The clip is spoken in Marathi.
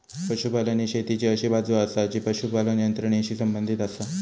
पशुपालन ही शेतीची अशी बाजू आसा जी पशुपालन यंत्रणेशी संबंधित आसा